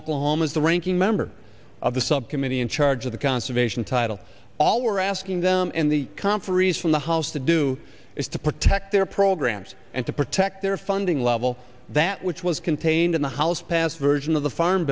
oklahoma is the ranking member of the subcommittee in charge of the conservation title all we're asking them in the conferees from the house to do is to protect their programs and to protect their funding level that which was contained in the house passed version of the